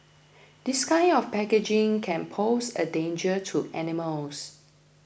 this kind of packaging can pose a danger to animals